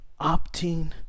opting